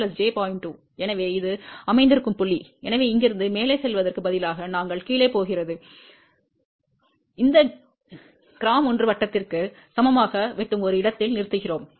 2 எனவே இது அமைந்திருக்கும் புள்ளி எனவே இங்கிருந்து மேலே செல்வதற்கு பதிலாக நாங்கள் கீழே போகிறது இந்த கிராம் 1 வட்டத்திற்கு சமமாக வெட்டும் ஒரு இடத்தில் நிறுத்துகிறோம்